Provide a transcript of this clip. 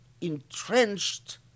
entrenched